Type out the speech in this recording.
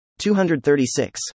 236